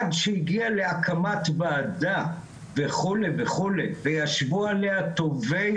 עד שהגיע להקמת וועדה וכו' וכו' וישבו עליה טובי